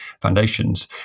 foundations